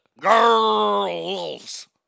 Girls